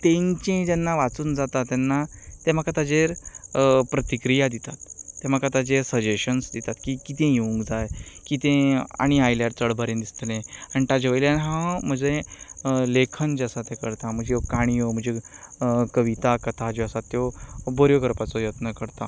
तेंची जेन्ना वाचून जाता तेन्ना ते म्हाका ताचेर प्रतिक्रिया दितात ते म्हाका ताचेर सजेशन्स दितात की कितें येवंक जाय कितें आनी आयल्यार चड बरें दिसतलें आनी ताचे वेल्यान हांव म्हजें लेखन जें आसा तें करता म्हज्यो काण्यो कविता कथा ज्यो आसात त्यो बऱ्यो करपाच्यो यत्न करतां